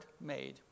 made